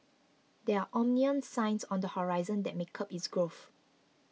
there are ominous signs on the horizon that may curb its growth